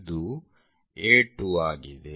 ಇದು A2 ಆಗಿದೆ